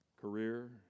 career